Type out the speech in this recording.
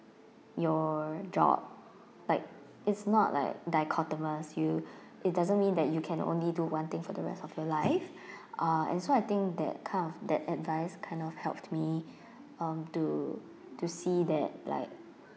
your job like it's not like dichotomous you it doesn't mean that you can only do one thing for the rest of your life ah and so I think that kind of that advice kind of helped me um to to see that like